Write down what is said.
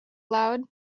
loud